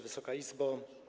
Wysoka Izbo!